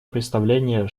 представление